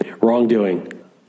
wrongdoing